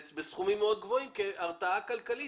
בסכומים מאוד גבוהים כהרתעה כלכלית.